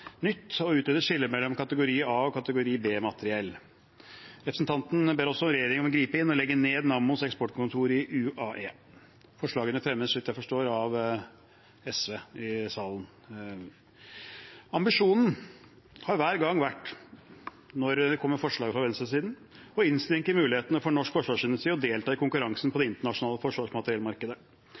nytt og utrede et skille mellom kategori A- og kategori B-materiell. Representanten ber også regjeringen gripe inn og legge ned Nammos eksportkontor i UAE. Forslagene fremmes, så vidt jeg forstår, av SV i salen. Når det kommer forslag fra venstresiden, har ambisjonen hver gang vært å innskrenke mulighetene for norsk forsvarsindustri til å delta i konkurransen på det internasjonale forsvarsmateriellmarkedet.